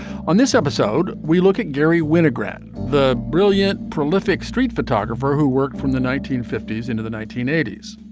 on this episode, we look at garry winogrand, the brilliant, prolific street photographer who worked from the nineteen fifty s into the nineteen eighty s.